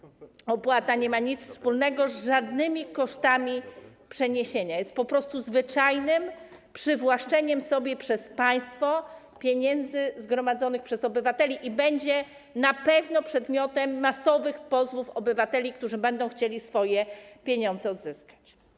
Opłata nie ma nic wspólnego z żadnymi kosztami przeniesienia, jest po prostu zwyczajnym przywłaszczeniem sobie przez państwo pieniędzy zgromadzonych przez obywateli i na pewno będzie przedmiotem masowych pozwów obywateli, którzy będą chcieli swoje pieniądze odzyskać.